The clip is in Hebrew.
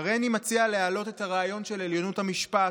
"הריני מציע להעלות את הרעיון של עליונות המשפט,